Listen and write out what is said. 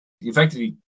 Effectively